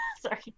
Sorry